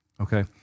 Okay